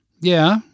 Yeah